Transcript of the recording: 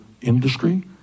industry